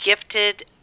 gifted